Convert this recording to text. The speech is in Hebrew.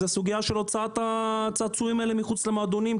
היא הסוגייה של הוצאה של הצעצועים האלה מחוץ לעסקים.